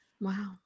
Wow